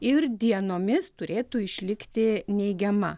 ir dienomis turėtų išlikti neigiama